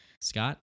Scott